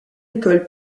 écoles